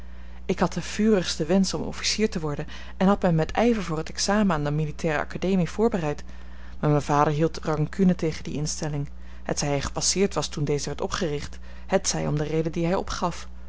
ik had den vurigsten wensch om officier te worden en had mij met ijver voor het examen aan de militaire academie voorbereid maar mijn vader hield rancune tegen die instelling hetzij hij gepasseerd was toen deze werd opgericht hetzij om de reden die hij opgaf